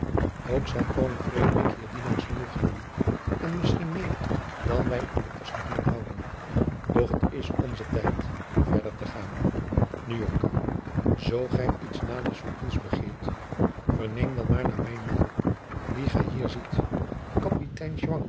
ook zal koning frederik hier dienaars genoeg hebben en misschien meer dan wij in de kost kunnen houden doch het is onze tijd verder te gaan nu jonker zoo gij iets naders van ons begeert verneem dan maar naar mijn makker dien gij hier ziet kapitein